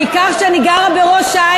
בעיקר שאני גרה בראש-העין,